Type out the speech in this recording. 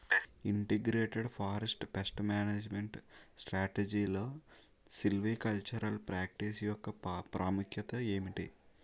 Integrated forest pest management స్ట్రాటజీలో silvicultural practice యెక్క ప్రాముఖ్యత ఏమిటి??